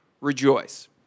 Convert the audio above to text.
rejoice